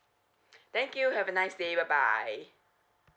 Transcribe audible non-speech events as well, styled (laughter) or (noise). (noise) thank you have a nice day bye bye